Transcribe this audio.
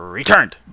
returned